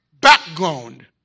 background